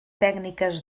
tècniques